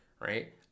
right